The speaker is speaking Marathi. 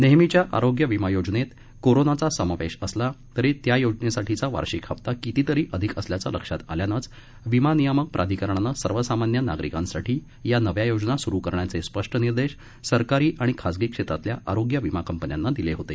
नेहमीच्या आरोग्य विमा योजनेत कोरोनाचा समावेश असला तरी त्या योजनेसाठीचा वार्षिक हप्ता कितीतरी अधिक असल्याचं लक्षात आल्यानेच विमा नियामक प्राधिकरणाने सर्वसामान्य नागरिकांसाठी या नव्या योजना सुरु करण्याचे स्पष्ट निर्देश सरकारी आणि खासगी क्षेत्रातील आरोग्य विमा कंपन्यांना दिले होते